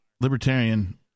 libertarian